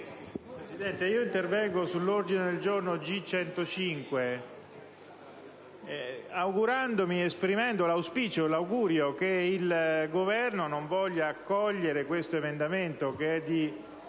Presidente, intervengo sull'ordine del giorno G105, esprimendo l'auspicio e l'augurio che il Governo non voglia accoglierlo, essendo di